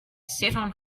seton